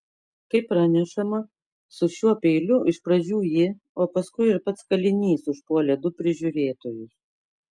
kaip pranešama su šiuo peiliu iš pradžių ji o paskui ir pats kalinys užpuolė du prižiūrėtojus